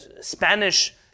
Spanish